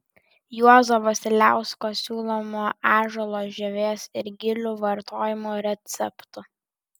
juozo vasiliausko siūlomų ąžuolo žievės ir gilių vartojimo receptų